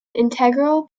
integral